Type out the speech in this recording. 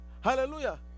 hallelujah